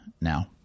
now